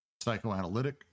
psychoanalytic